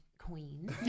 queen